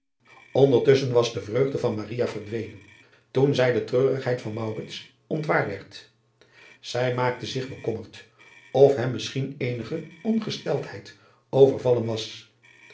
ndertusschen was de vreugde van verdwenen toen zij de treurigheid van ontwaar werd ij maakte zich bekommerd of hem misschien eenige ongesteldheid overvallen was